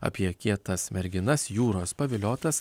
apie kietas merginas jūros paviliotas